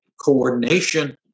coordination